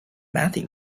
matthew